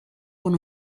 con